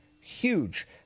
huge